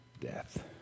death